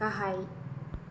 गाहाय